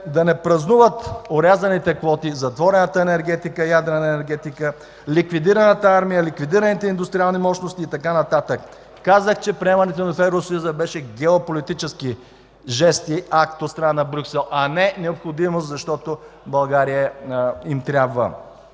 да не празнуват орязаните квоти, затворената ядрена енергетика, ликвидираната армия, ликвидираните индустриални мощности и така нататък. Казах, че приемането ни в Евросъюза беше геополитически жест и акт от страна на Брюксел, а не необходимост, защото България им трябва.